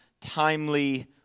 timely